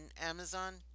Amazon